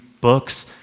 books